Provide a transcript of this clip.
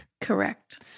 Correct